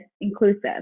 inclusive